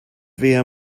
wer